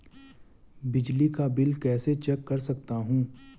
बिजली का बिल कैसे चेक कर सकता हूँ?